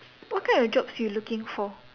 what kind of jobs you looking for